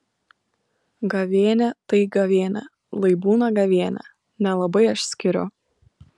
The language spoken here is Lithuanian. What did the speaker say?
gavėnia tai gavėnia lai būna gavėnia nelabai aš skiriu